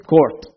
Court